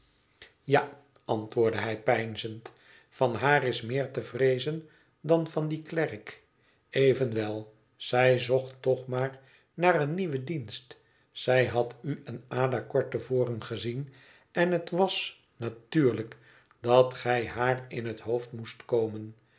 ja antwoordde hij peinzend van haar is meer te vreezen dan van dien klerk evenwel zij zocht toch maar naar een nieuwen dienst zij had u en ada kort te voren gezien en het was natuurlijk dat gij haar in het hoofd moest komen